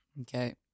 Okay